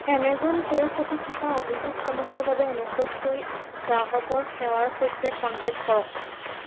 Amazon পে'ৰ প্ৰতি থকা অভিযোগসমূহৰ বাবে অনুগ্ৰহ কৰি গ্ৰাহকৰ সেৱাৰ সৈতে কন্টেক্ট কৰক